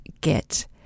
get